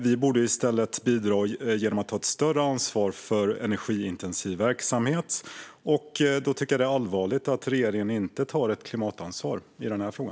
Vi borde i stället bidra genom att ta ett större ansvar för energiintensiv verksamhet, och då tycker jag att det är allvarligt att regeringen inte tar ett klimatansvar i denna fråga.